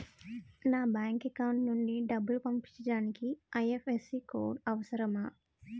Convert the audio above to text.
నా bank account నుంచి డబ్బు పంపించడానికి ఐ.ఎఫ్.ఎస్.సి కోడ్ అవసరమా?